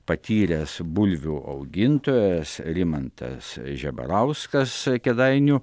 patyręs bulvių augintojas rimantas žebarauskas kėdainių